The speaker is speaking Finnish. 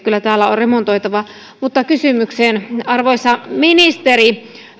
kyllä täällä on remontoitavaa mutta kysymykseen arvoisa ministeri